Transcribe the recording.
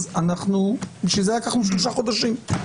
אז אנחנו בשביל זה לקחנו שלושה חודשים.